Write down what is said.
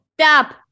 Stop